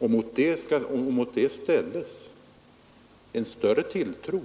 Interpellanterna sätter större tilltro